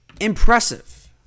impressive